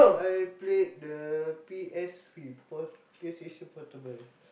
I played the P_S_P pl~ PlayStation Portable